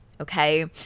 okay